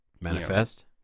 manifest